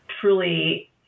truly